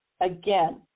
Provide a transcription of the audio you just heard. again